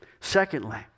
Secondly